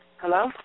Hello